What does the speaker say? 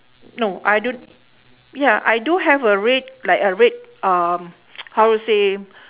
no I do~ ya I do have a red like a red um how say